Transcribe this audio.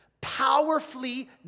powerfully